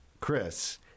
Chris